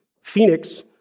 Phoenix